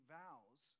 vows